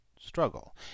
struggle